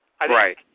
Right